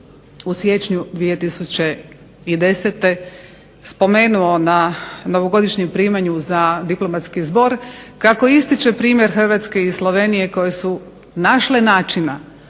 u siječnju 2010. spomenuo na novogodišnjem primanju za diplomatski zbor kako ističe primjer Hrvatske i Slovenije koje su našle načina